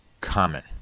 common